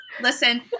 Listen